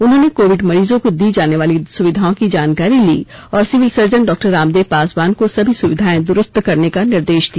उन्होंने कोविड मरीजों को दी जाने वाली सुविधाओं की जानकारी ली और civil surgeon doctor Ramdev Paswan को सभी सुविधाएं द्रुस्त करने का निर्देश दिया